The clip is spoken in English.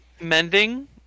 mending